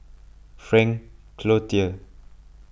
Frank Cloutier